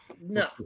No